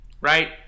right